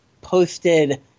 posted